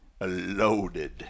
loaded